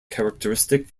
characteristic